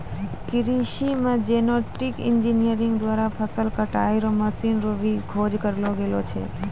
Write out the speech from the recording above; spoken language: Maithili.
कृषि मे जेनेटिक इंजीनियर द्वारा फसल कटाई रो मशीन रो भी खोज करलो गेलो छै